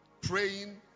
praying